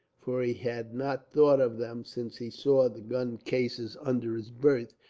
for he had not thought of them since he saw the gun cases under his berth,